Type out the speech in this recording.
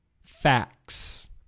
Facts